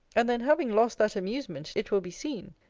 and then, having lost that amusement, it will be seen,